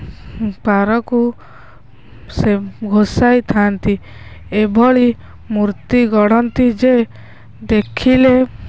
ପାରକୁ ସେ ଘୋଷାଇଥାନ୍ତି ଏଭଳି ମୂର୍ତ୍ତି ଗଢ଼ନ୍ତି ଯେ ଦେଖିଲେ